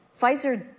Pfizer